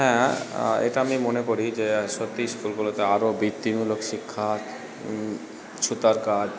হ্যাঁ এটা আমি মনে করি যে সত্যিই স্কুলগুলোতে আরো বৃত্তিমূলক শিক্ষার সুতার কাজ